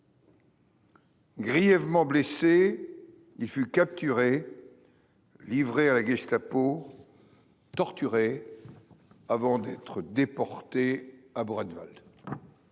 Grièvement blessé, il fut capturé. Livré à la Gestapo. Torturé. Avant d'être déporté à Buchenwald.